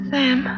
Sam